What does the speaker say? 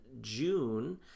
June